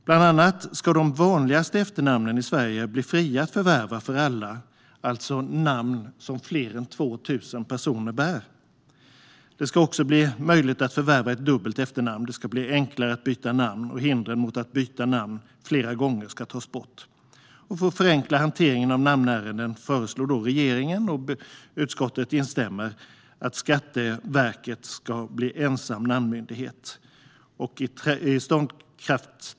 Bland annat ska de vanligaste efternamnen i Sverige bli fria att förvärva för alla, alltså namn som fler än 2 000 personer bär. Det ska också bli möjligt att förvärva ett dubbelt efternamn och enklare att byta namn, och hinder mot att byta namn flera gånger ska tas bort. För att förenkla hanteringen av namnärenden föreslår regeringen att Skatteverket ska bli ensam namnmyndighet, och utskottet instämmer i detta.